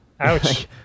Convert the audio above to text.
Ouch